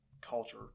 culture